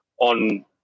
On